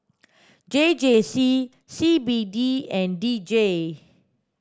J J C C B D and D J